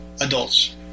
adults